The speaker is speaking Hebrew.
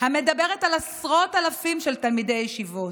המדברת על עשרות אלפים של תלמידי ישיבות.